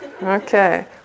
Okay